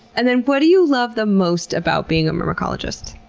and then what do you love the most about being a myrmecologist?